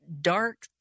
dark